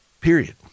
period